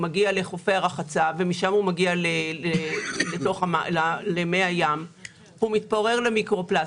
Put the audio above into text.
מגיעים לחופי הרחצה ומשם מגיעים למי הים הם מתפוררים למקרו-פלסטיק,